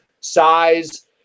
size